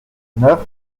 neuf